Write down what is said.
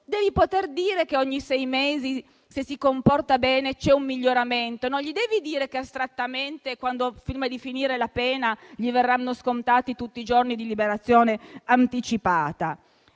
devi poter dire che ogni sei mesi, se si comporta bene un detenuto, c'è un miglioramento. Non gli devi dire che astrattamente, prima di finire la pena, gli verranno scontati tutti i giorni di liberazione anticipata.